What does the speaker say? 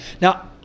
Now